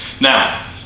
now